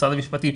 משרד המשפטים,